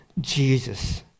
Jesus